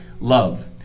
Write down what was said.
love